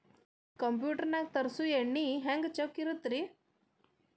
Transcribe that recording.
Computer ನಾಗ ತರುಸುವ ಎಣ್ಣಿ ಹೆಂಗ್ ಚೊಕ್ಕ ಇರತ್ತ ರಿ?